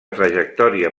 trajectòria